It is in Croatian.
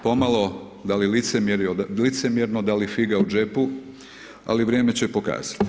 Pomalo, da li licemjerno, da li figa u džepu, ali vrijeme će pokazati.